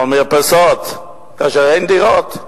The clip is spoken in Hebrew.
על מרפסות כאשר אין דירות.